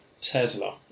Tesla